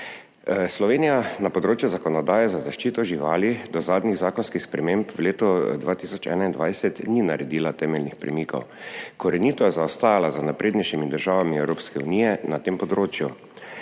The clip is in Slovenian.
Slovenija na področju zakonodaje za zaščito živali do zadnjih zakonskih sprememb v letu 2021 ni naredila temeljnih premikov. Korenito je zaostajala za naprednejšimi državami Evropske unije na tem področju.